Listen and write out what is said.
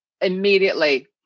immediately